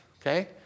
okay